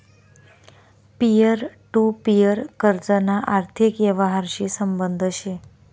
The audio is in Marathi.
पिअर टु पिअर कर्जना आर्थिक यवहारशी संबंध शे